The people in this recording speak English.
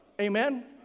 Amen